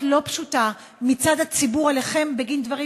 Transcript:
לא פשוטה מצד הציבור אליכם בגין דברים,